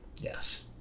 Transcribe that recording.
Yes